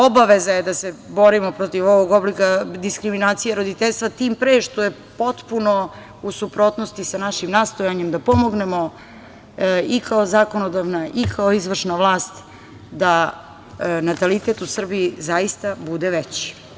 Obaveza je da se borimo protiv ovog oblika diskriminacije roditeljstva tim pre što je potpuno u suprotnosti sa našim nastojanjem da pomognemo i kao zakonodavna i kao izvršan vlast, da natalitet u Srbiji zaista bude veći.